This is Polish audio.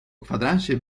kwadransie